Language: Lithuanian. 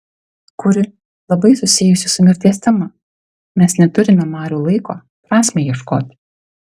kuri labai susijusi su mirties tema mes neturime marių laiko prasmei ieškoti